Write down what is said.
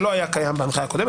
שלא היה קיים בהנחיה הקודמת,